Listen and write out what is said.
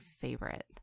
favorite